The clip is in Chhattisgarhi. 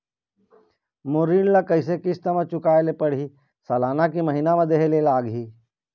मोर ऋण ला कैसे किस्त म चुकाए ले पढ़िही, सालाना की महीना मा देहे ले लागही?